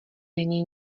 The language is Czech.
není